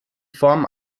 form